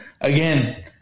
again